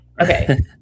okay